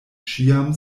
ĉiam